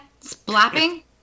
Splapping